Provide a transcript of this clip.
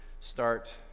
start